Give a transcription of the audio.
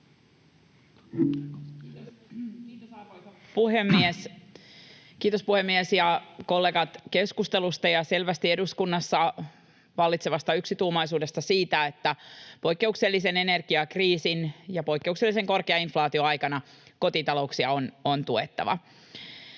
Kiitos, puhemies ja kollegat, keskustelusta ja eduskunnassa selvästi vallitsevasta yksituumaisuudesta siitä, että poikkeuksellisen energiakriisin ja poikkeuksellisen korkean inflaation aikana kotitalouksia on tuettava.